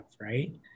Right